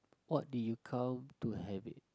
what did you come to have it